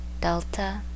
delta